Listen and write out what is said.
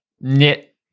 knit